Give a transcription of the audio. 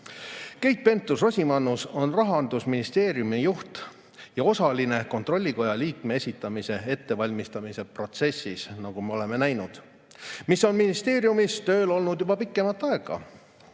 Keit Pentus-Rosimannus on Rahandusministeeriumi juht ja osaline kontrollikoja liikme esitamise ettevalmistamise protsessis, nagu me oleme näinud, mis on ministeeriumis töös olnud juba pikemat aega.